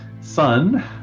son